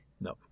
No